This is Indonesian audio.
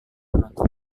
menutup